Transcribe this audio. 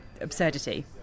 absurdity